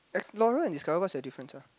explore and discover what's the difference ah